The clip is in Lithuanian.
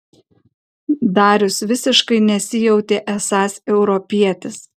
darius visiškai nesijautė esąs europietis